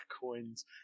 coins